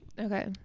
Okay